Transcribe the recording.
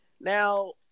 Now